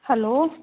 hello